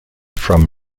from